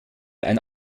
ein